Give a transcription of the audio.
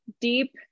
deep